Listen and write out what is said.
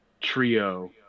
trio